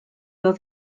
oedd